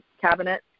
cabinet